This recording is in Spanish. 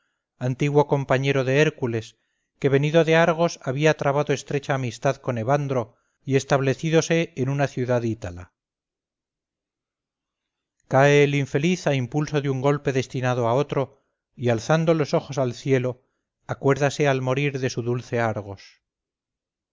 antiguo compañero de hércules que venido de argos había trabado estrecha amistad con evandro y establecídose en una ciudad ítala cae el infeliz a impulso de un golpe destinado a otro y alzando los ojos al cielo acuérdase al morir de su dulce argos